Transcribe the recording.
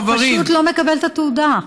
הוא פשוט לא מקבל את התעודה.